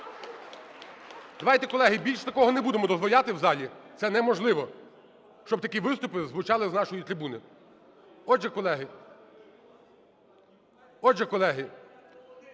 Давайте, колеги, більш такого не будемо дозволяти в залі, це неможливо, щоб такі виступи звучали з нашої трибуни. Отже, колеги… Отже, колеги,